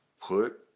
put